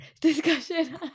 Discussion